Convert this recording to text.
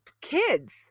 kids